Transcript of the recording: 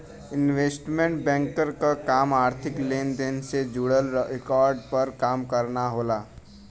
investment banker क काम आर्थिक लेन देन से जुड़ल रिकॉर्ड पर काम करना होला